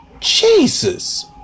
jesus